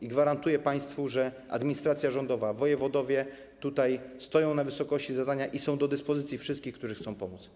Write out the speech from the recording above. I gwarantuję państwu, że administracja rządowa, wojewodowie stają tutaj na wysokości zadania i są do dyspozycji wszystkich, którzy chcą pomóc.